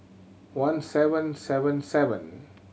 one seven seven seven